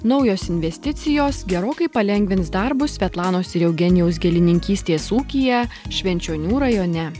naujos investicijos gerokai palengvins darbus svetlanos ir eugenijaus gėlininkystės ūkyje švenčionių rajone